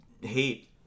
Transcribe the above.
hate